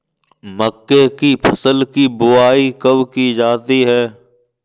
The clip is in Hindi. मक्के की फसल की बुआई कब की जाती है?